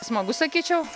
smagu sakyčiau